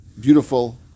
beautiful